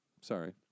sorry